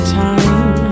time